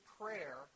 prayer